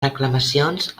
reclamacions